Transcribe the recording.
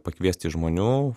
pakviesti žmonių